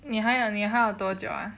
你还有你还要多久啊